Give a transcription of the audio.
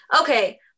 Okay